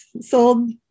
Sold